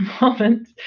moment